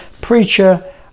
preacher